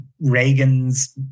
Reagan's